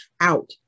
out